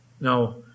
Now